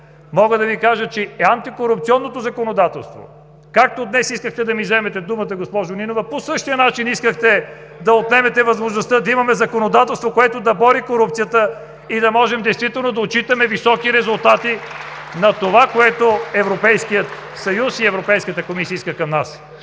по тази тема. Антикорупционното законодателство. Както днес искахте да ми вземете думата, госпожо Нинова, по същия начин искахте да отнемете възможността да имаме законодателство, което да бори корупцията и да можем действително да отчитаме високи резултати (ръкопляскания от ГЕРБ) на това, което Европейският съюз и Европейската комисия искаха от нас.